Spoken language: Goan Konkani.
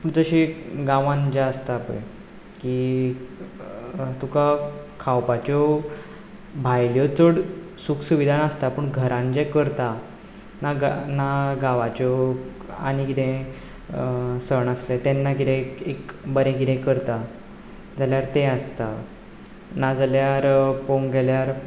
जशी गांवांत जें आसता पळय की तुका खावपाच्यो भायल्यो चड सूख सुविधा नासता पूण घरांत जें करता ना ना गांवाच्यो आनी कितें सण आसले तेन्ना कितेंय एक बरें कितेंय करता जाल्यार तें आसता ना जाल्यार पळोवंक गेल्यार